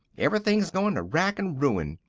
everything's goin' to rack and ruin.